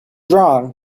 wrong